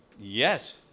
Yes